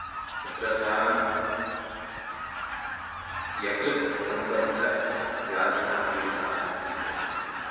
तत्र सा यकृत् सम्बद्धव्याधिना पीडिता आसीत्